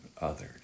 others